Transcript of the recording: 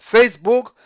Facebook